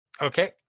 Okay